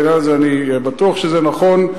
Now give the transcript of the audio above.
בעניין הזה אני בטוח שזה נכון,